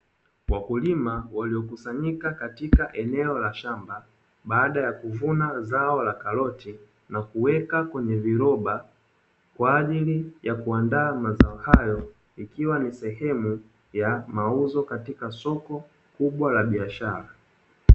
Wakulima waliokusanyika katika eneo la shamba baada ya kuvuna zao la karoti, kuweka kwenye viroba kwa ajili ya kuandaa mazao hayo, ikiwa ni sehemu ya mauzo katika soko kubwa la biashara.